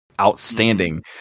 outstanding